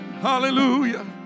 hallelujah